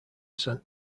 saint